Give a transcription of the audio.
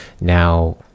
now